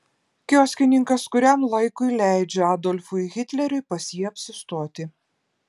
kioskininkas kuriam laikui leidžia adolfui hitleriui pas jį apsistoti